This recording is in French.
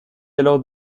alors